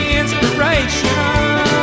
inspiration